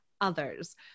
others